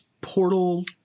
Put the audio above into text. portal